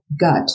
gut